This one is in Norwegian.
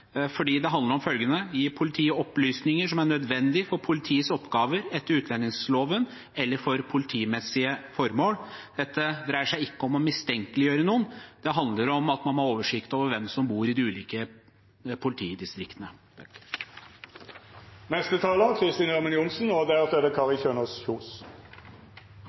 fordi det handler om følgende: å gi politiet opplysninger som er nødvendige for politiets oppgaver etter utlendingsloven eller for politimessige formål. Dette dreier seg ikke om å mistenkeliggjøre noen. Det handler om at man må ha oversikt over hvem som bor i de ulike politidistriktene.